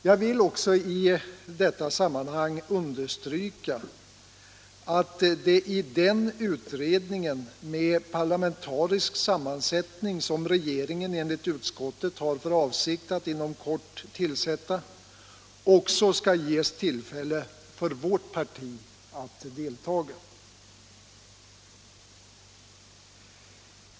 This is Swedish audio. Jag vill också i detta sammanhang understryka att det i den utredning med parlamentarisk sammansättning som regeringen enligt utskottet har för avsikt att inom kort tillsätta även skall ges tillfälle för vårt parti att delta.